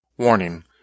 Warning